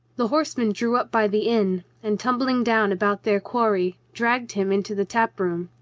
the horsemen drew up by the inn and, tumbling down about their quarry, dragged him into the tap room.